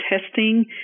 testing